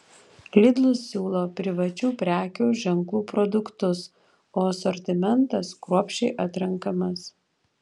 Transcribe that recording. lidl siūlo privačių prekių ženklų produktus o asortimentas kruopščiai atrenkamas